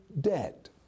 debt